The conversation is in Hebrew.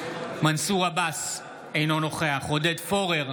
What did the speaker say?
מנסור עבאס, אינו נוכח עודד פורר,